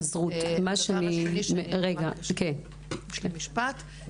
אשלים את המשפט.